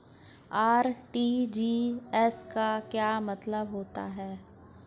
RTGS का क्या मतलब होता है?